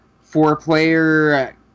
four-player